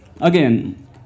again